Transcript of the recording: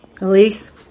Elise